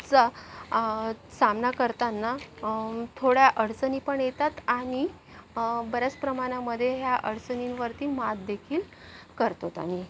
चा सामना करताना थोड्या अडचणी पण येतात आणि बऱ्याच प्रमाणामध्ये ह्या अडचणींवरती मात देखील करतो आम्ही